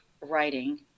writing